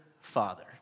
father